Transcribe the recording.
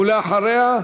ולאחריה,